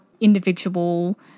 individual